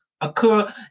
occur